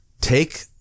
take